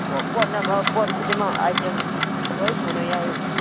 ꯄꯣꯠ ꯂꯣꯏꯅꯃꯛ ꯄꯣꯠ ꯈꯨꯗꯤꯡꯃꯛ ꯑꯥꯏꯇꯦꯝ ꯂꯣꯏ ꯁꯨꯅ ꯌꯥꯎꯏ